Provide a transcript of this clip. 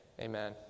amen